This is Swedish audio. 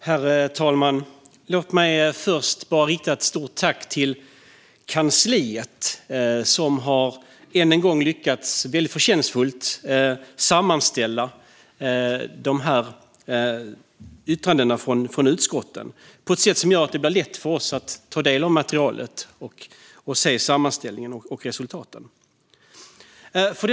Herr talman! Låt mig först rikta ett stort tack till kansliet, som än en gång har lyckats med att på ett väldigt förtjänstfullt sätt sammanställa yttrandena från utskotten. Det gör det lätt för oss att ta del av materialet och se sammanställningen och resultaten.